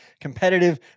competitive